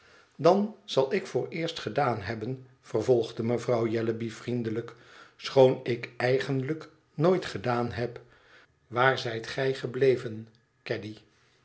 dan zal ik vooreerst gedaan hebben vervolgde mevrouw jellyby vriendelijk schoon ik eigenlijk nooit gedaan heb waar zijt gij gebleven caddy